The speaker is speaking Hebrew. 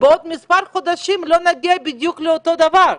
בעוד מספר חודשים לא נגיע בדיוק לאותו דבר,